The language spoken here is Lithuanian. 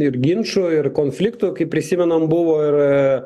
ir ginčų ir konfliktų kaip prisimenam buvo ir